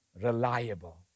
reliable